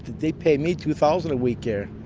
they pay me two thousand a week here,